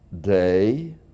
day